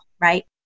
right